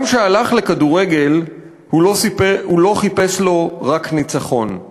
// גם כשהלך לכדורגל / הוא לא חיפש לו רק ניצחון /